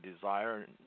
desire